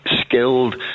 skilled